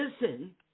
listen